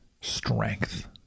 strength